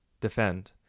defend